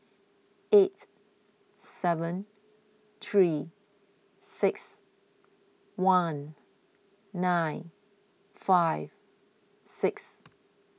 eight seven three six one nine five six